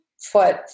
foot